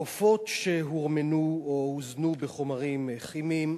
עופות שהוזנו בחומרים כימיים,